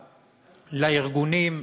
לארגונים,